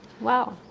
wow